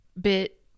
bit